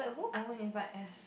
I won't invite S